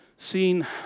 seen